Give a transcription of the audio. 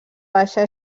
baixa